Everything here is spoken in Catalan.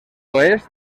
oest